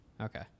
Okay